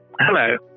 Hello